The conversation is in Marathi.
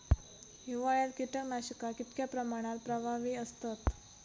हिवाळ्यात कीटकनाशका कीतक्या प्रमाणात प्रभावी असतत?